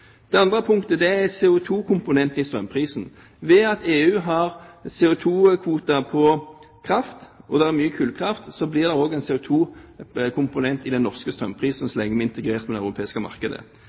er CO2-komponenten i strømprisene. Ved at EU har CO2-kvoter på kraft, og det er mye kullkraft, blir det også en CO2-komponent i den norske strømprisen så lenge vi er integrert i det europeiske markedet.